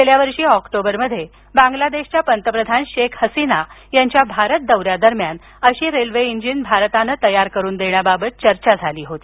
गेल्या वर्षी ऑक्टोबरमध्ये बांगलादेशच्या पंतप्रधान शेख हसीना यांच्या भारत दौऱ्यादरम्यान अशी रेल्वे इंजिन भारतानं तयार करून देण्याबाबत चर्चा झाली होती